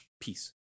peace